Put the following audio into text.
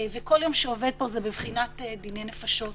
וכל יום שעובר פה זה בבחינת דיני נפשות.